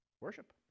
Worship